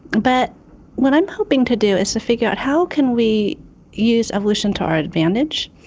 but what i'm hoping to do is to figure out how can we use evolution to our advantage,